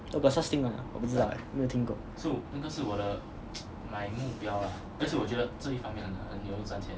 oh got such thing ah 我不知道哎没有听过